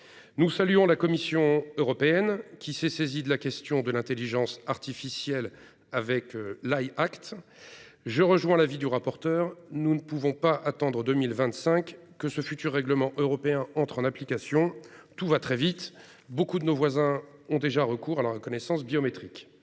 Nous saluons la Commission européenne, qui s'est saisie de la question de l'intelligence artificielle avec l'. Je rejoins l'avis du rapporteur : nous ne pouvons attendre 2025 et l'entrée en vigueur de ce futur règlement européen. Tout va très vite : beaucoup de nos voisins ont déjà recours à la reconnaissance biométrique.